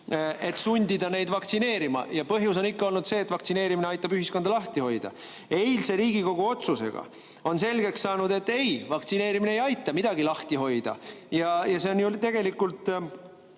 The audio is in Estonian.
et sundida neid vaktsineerima. Ja põhjus on ikka olnud see, et vaktsineerimine aitab ühiskonda lahti hoida. Eilse Riigikogu otsusega on selgeks saanud, et ei, vaktsineerimine ei aita midagi lahti hoida. See on tegelikult,